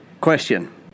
Question